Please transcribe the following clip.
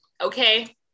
okay